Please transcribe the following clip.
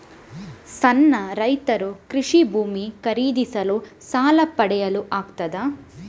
ಸಣ್ಣ ರೈತರು ಕೃಷಿ ಭೂಮಿ ಖರೀದಿಸಲು ಸಾಲ ಪಡೆಯಲು ಆಗ್ತದ?